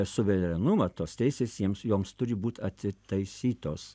suverenumą tos teisės jiems joms turi būti atitaisytos